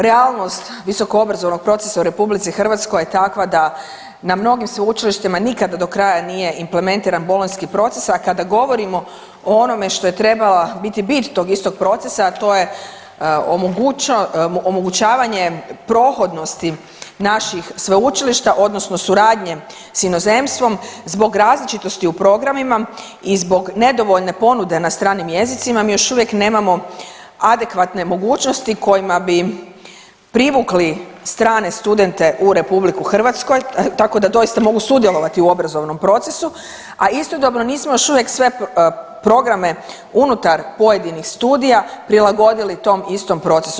Realnost visokoobrazovnog procesa u RH je takva da na mnogim sveučilištima nikad do kraja nije implementiran Bolonjski proces, a kada govorimo o onome što je trebala biti bit tog istog procesa, a to je omogućavanje prohodnosti naših sveučilišta odnosno suradnje s inozemstvom zbog različitosti u programima i zbog nedovoljne ponude na stranim jezicima mi još uvijek nemamo adekvatne mogućnosti kojima bi privukli strane studente u RH tako da doista mogu sudjelovati u obrazovnom procesu, a istodobno nismo još uvijek sve programe unutar pojedinih studija prilagodili tom istom procesu.